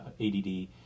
ADD